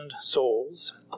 souls